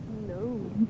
No